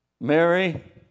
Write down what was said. Mary